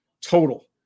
total